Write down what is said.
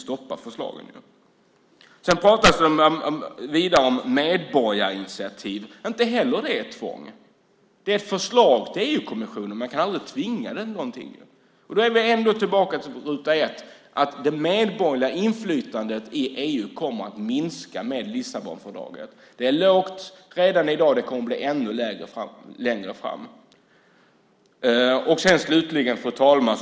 Det pratas vidare om medborgarinitiativ. Inte heller det är ett tvång. Det är ett förslag till EU-kommissionen. Man kan aldrig tvinga den till någonting. Vi är då tillbaka på ruta ett, nämligen att det medborgerliga inflytandet i EU kommer att minska med Lissabonfördraget. Det är lågt redan i dag, och det kommer att bli ännu lägre längre fram. Fru talman!